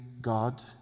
God